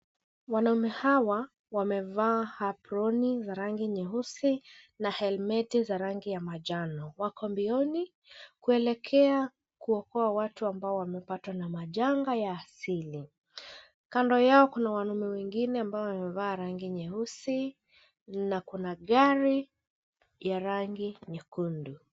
Wanaume hawa wamevaa aproni za rangi nyeusi na helmet za rangi ya manjano. Wako mbioni kuelekea kuokoa watu ambao wamepatwa na janga la asili. Kando yao kuna wanaume wengine ambao wamevaa rangi nyeusi na kuna gari ya rangi nyekundu.